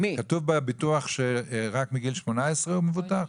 כתוב בביטוח שרק מגיל 18 הוא מבוטח?